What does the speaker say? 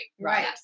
Right